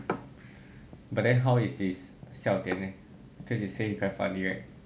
but then how is his 笑点 leh cause you say he quite funny right